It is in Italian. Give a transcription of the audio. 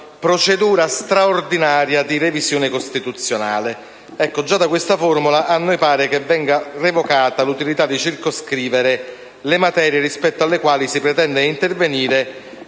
«procedura straordinaria di revisione costituzionale».